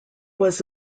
was